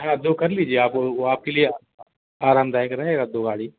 हाँ दो कर लीजिए आप वो आपके लिए आरामदायक रहेगा दो गाड़ी